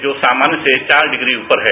जो सामान्य से चार डिग्री ऊपर है